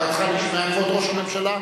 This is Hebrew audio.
הערתך נשמעה, כבוד ראש הממשלה.